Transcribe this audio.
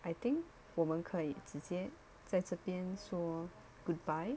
I think 我们可以直接在这边说 goodbye